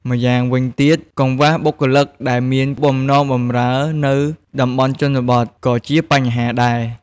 ម្យ៉ាងវិញទៀត កង្វះបុគ្គលិកដែលមានបំណងបម្រើនៅតំបន់ជនបទ ក៏ជាបញ្ហាដែរ។